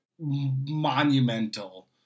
monumental